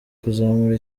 kuzamura